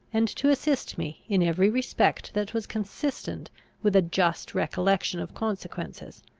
and to assist me, in every respect that was consistent with a just recollection of consequences.